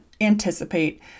anticipate